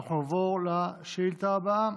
אנחנו נעבור לשאילתה הבאה,